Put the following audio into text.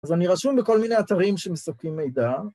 אז אני רשום בכל מיני אתרים שמספקים מידע.